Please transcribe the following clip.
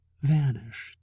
vanished